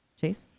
Chase